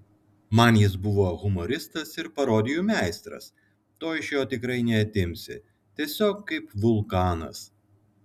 man jis buvo humoristas ir parodijų meistras to iš jo tikrai neatimsi tiesiog kaip vulkanas